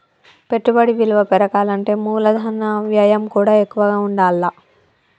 పెట్టుబడి విలువ పెరగాలంటే మూలధన వ్యయం కూడా ఎక్కువగా ఉండాల్ల